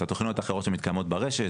את התכניות האחרות שמתקיימות ברשת,